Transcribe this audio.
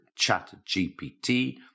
ChatGPT